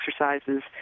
exercises